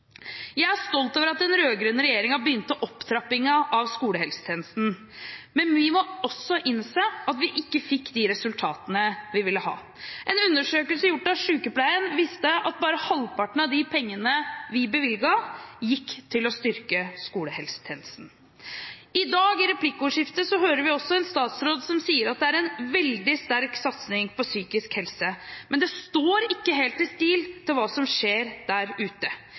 Jeg er stolt over at den rød-grønne regjeringen begynte opptrappingen av skolehelsetjenesten, men vi må også innse at vi ikke fikk de resultatene vi ville ha. En undersøkelse gjort av Sykepleien viste at bare halvparten av de pengene vi bevilget, gikk til å styrke skolehelsetjenesten. I dag i replikkordskiftet hører vi også en statsråd som sier at det er en veldig sterk satsing på psykisk helse. Men det står ikke helt i stil til hva som skjer der ute.